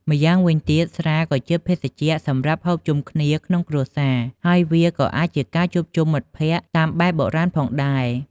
ម្យ៉ាងវិញទៀត ស្រាសក៏ជាភេសជ្ជៈសម្រាប់ ហូបជុំគ្នាក្នុងគ្រួសារ ហើយវាក៏អាចជាការជួបជុំមិត្តភក្តិតាមបែបបុរាណផងដែរ។